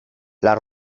las